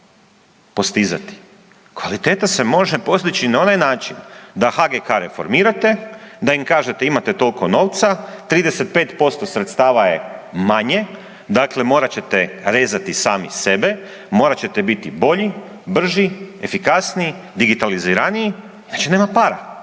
postizati? Kvaliteta se može postići na onaj način da HGK reformirate, da im kažete imate toliko novca, 35% sredstava je manje dakle morat ćete rezati sami sebe, morat ćete biti bolji, brži, efikasniji, digitaliziraniji inače nema para,